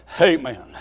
Amen